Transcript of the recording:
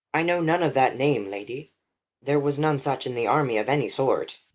i know none of that name, lady there was none such in the army of any sort.